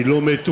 היא לא מתואמת.